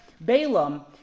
Balaam